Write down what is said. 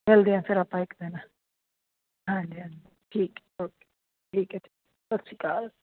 ਮਿਲਦੇ ਆ ਫਿਰ ਆਪਾਂ ਇੱਕ ਦਿਨ ਹਾਂਜੀ ਹਾਂਜੀ ਠੀਕ ਓਕੇ ਠੀਕ ਹੈ ਜੀ ਸਤਿ ਸ਼੍ਰੀ ਅਕਾਲ